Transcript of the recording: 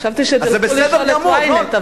חשבתי שתלכו לשאול את Ynet.